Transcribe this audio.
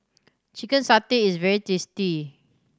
chicken satay is very tasty